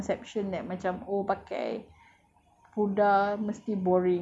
she change the misconception that macam oh pakai